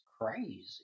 crazy